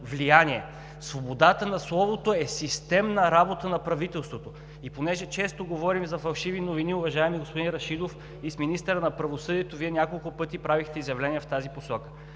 влияние. Свободата на словото е системна работа на правителството! Понеже често говорим за фалшиви новини, уважаеми господин Рашидов, и с министъра на правосъдието, Вие няколко пъти правихте изявления в тази посока.